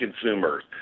consumers